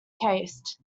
caste